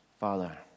Father